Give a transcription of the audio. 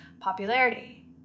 popularity